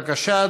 בבקשה,